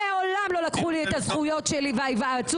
מעולם לא לקחו לי את הזכויות שלי וההיוועצות,